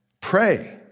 pray